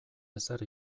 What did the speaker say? ezer